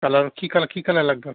colour কী colour কী colour লাগবে আপনার